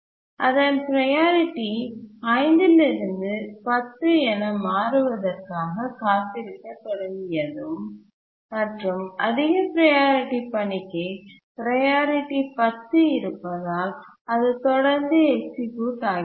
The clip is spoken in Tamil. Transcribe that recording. அதன் ப்ரையாரிட்டி 5 இல் இருந்து 10 என மாறுவதற்காக காத்திருக்கத் தொடங்கியதும் மற்றும் அதிக ப்ரையாரிட்டி பணிக்கு ப்ரையாரிட்டி 10 இருப்பதால் அது தொடர்ந்து எக்சிக்யூட் ஆகிறது